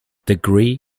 degree